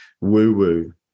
woo-woo